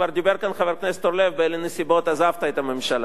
כבר דיבר כאן חבר הכנסת אורלב באילו נסיבות עזבת את הממשלה.